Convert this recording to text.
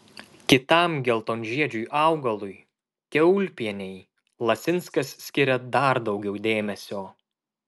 kitam geltonžiedžiui augalui kiaulpienei lasinskas skiria dar daugiau dėmesio